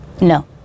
No